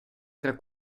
tra